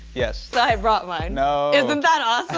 yes. so i brought mine. no! isn't that um